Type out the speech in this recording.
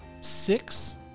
six